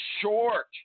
short